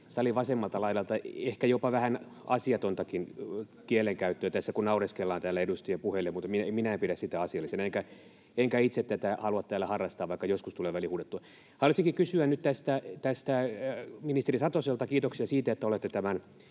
salin vasemmalta laidalta ehkä jopa vähän asiatontakin kielenkäyttöä tässä, kun naureskellaan täällä edustajien puheille, mutta minä en pidä sitä asiallisena enkä itse tätä halua täällä harrastaa, vaikka joskus tulee välihuudettua. Haluaisinkin kysyä nyt tästä ministeri Satoselta. Kiitoksia siitä, että olette tuonut